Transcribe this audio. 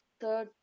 third